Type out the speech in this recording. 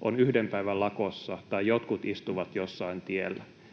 on yhden päivän lakossa tai jotkut istuvat jossain tiellä,